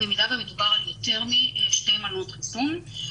אם מדובר על יותר משתי מנות חיסון,